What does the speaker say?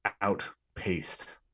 outpaced